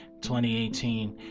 2018